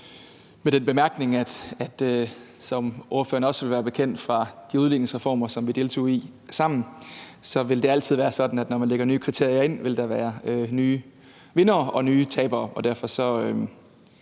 med den bemærkning, at det, som det også vil være spørgeren bekendt fra de udligningsreformer, som vi deltog i sammen, altid vil være sådan, at når man lægger nye kriterier ind, vil der være nye vindere og nye tabere,